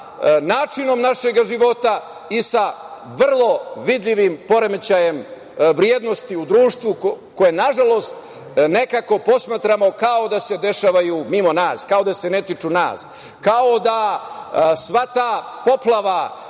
načinom našeg života i sa vrlo vidljivim poremećajem vrednosti u društvu koje nažalost nekako posmatramo kao da se dešavaju mimo nas, kao da se ni tiču nas, kao da sva ta poplava